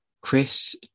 Chris